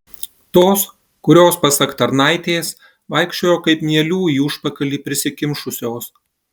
tos kurios pasak tarnaitės vaikščiojo kaip mielių į užpakalį prisikimšusios